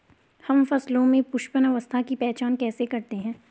हम फसलों में पुष्पन अवस्था की पहचान कैसे करते हैं?